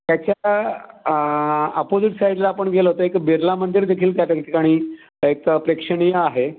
त्याच्या आपोजिट साईडला आपण गेलो तर एक बिर्ला मंदिरदेखील त्या त्यागी ठिकाणी एक तर प्रेक्षणीय आहे